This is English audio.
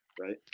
right